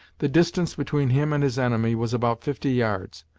the distance between him and his enemy was about fifty yards,